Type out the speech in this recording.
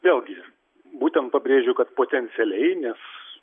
vėlgi būtent pabrėžiu kad potencialiai nes